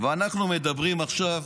ואנחנו מדברים עכשיו